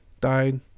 died